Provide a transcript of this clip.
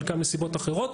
חלקם מסיבות אחרות.